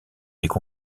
des